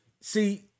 see